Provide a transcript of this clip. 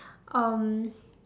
um